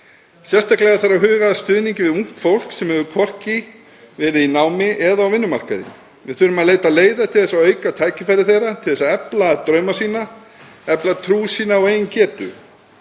Sérstaklega þarf að huga að stuðningi við ungt fólk sem hefur hvorki verið í námi né á vinnumarkaði. Við þurfum að leita leiða til að auka tækifæri þeirra til að efla drauma sína, efla trú sína á eigin getu,